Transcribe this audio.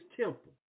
temple